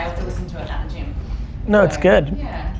listen to it at the gym. no, it's good. yeah.